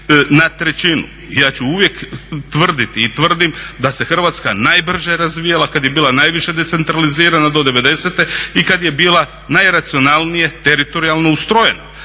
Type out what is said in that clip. na trećinu. Ja ću uvijek tvrditi i tvrdim da se Hrvatska najbrže razvijala kada je bila najviše decentralizirana do '90.-te i kada je bila najracionalnije teritorijalno ustrojena,